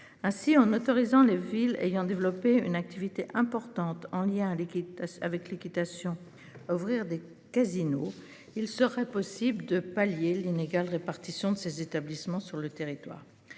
Ainsi, en autorisant les villes ayant développé une activité importante en lien l'équipe avec l'équitation à ouvrir des casinos. Il serait possible de pallier l'inégale répartition de ces établissements sur le territoire.